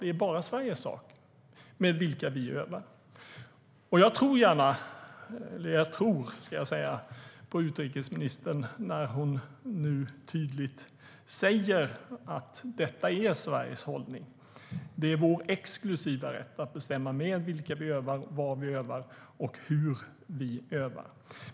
Det är bara Sveriges sak med vilka vi övar. Jag tror på utrikesministern när hon nu tydligt säger att detta är Sveriges hållning. Det är vår exklusiva rätt att bestämma med vilka vi övar, vad vi övar och hur vi övar.